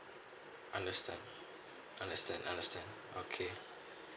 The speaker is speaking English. understand understand understand okay